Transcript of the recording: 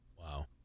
Wow